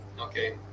Okay